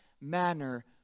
manner